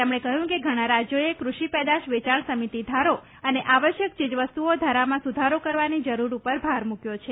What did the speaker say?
તેમણે કહ્યું કે ઘણા રાજ્યોએ કૃષિ પેદાશ વેયાણ સમિતિ ધારો અને આવશ્યક ચીજવસ્તુઓ ધારામાં સુધારો કરવાની જરૂર ઉપર ભાર મુક્યો છે